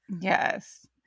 Yes